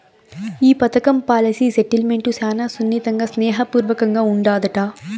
ఈ పదకం policy settlement శానా సున్నితంగా, స్నేహ పూర్వకంగా ఉండాదట